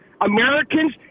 Americans